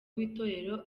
w’itorero